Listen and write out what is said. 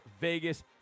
Vegas